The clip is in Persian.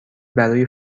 برای